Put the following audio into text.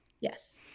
Yes